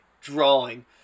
drawing